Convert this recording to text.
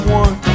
one